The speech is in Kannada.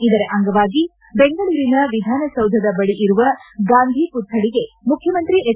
ಇದರ ಅಂಗವಾಗಿ ಬೆಂಗಳೂರಿನ ವಿಧಾನಸೌಧದ ಬಳಿ ಇರುವ ಗಾಂಧಿ ಪುತ್ವಳಿಗೆ ಮುಖ್ಯಮಂತ್ರಿ ಎಚ್